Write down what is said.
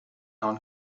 non